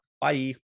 bye